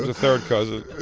ah third cousin.